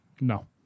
No